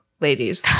ladies